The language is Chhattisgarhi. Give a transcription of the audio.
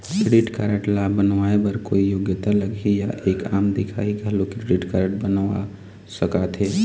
क्रेडिट कारड ला बनवाए बर कोई योग्यता लगही या एक आम दिखाही घलो क्रेडिट कारड बनवा सका थे?